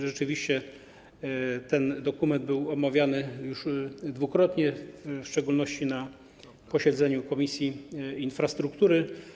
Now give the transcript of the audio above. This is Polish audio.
Rzeczywiście ten dokument był omawiany już dwukrotnie, w szczególności na posiedzeniu Komisji Infrastruktury.